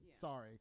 sorry